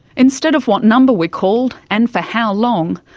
instead of what number we called and for how long,